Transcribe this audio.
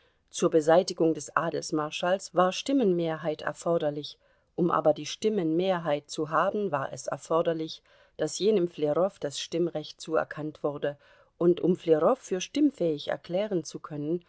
zur beseitigung des adelsmarschalls war stimmenmehrheit erforderlich um aber die stimmenmehrheit zu haben war es erforderlich daß jenem flerow das stimmrecht zuerkannt wurde und um flerow für stimmfähig erklären zu können